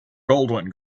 goldwyn